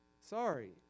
Sorry